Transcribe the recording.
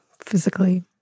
physically